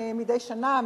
מדי שנה,